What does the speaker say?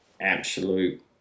absolute